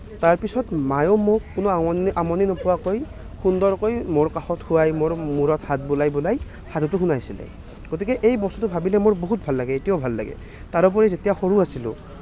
তাৰপিছত মায়েও মোক কোনো আমনি আমনি নোপোৱাকৈ সুন্দৰকৈ মোৰ কাষত শুৱাই মোৰ মূৰত হাত বোলাই বোলাই সাধুটো শুনাইছিল গতিকে এই বস্তুটো ভাবিলে মোৰ বহুত ভাল লাগে এতিয়াও ভাল লাগে তাৰোপৰি যেতিয়া সৰু আছিলোঁ